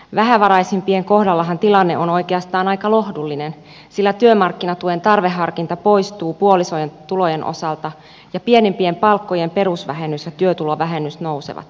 vähävaraisimpien kohdallahan tilanne on oikeastaan aika lohdullinen sillä työmarkkinatuen tarveharkinta poistuu puolison tulojen osalta ja pienempien palkkojen perusvähennys ja työtulovähennys nousevat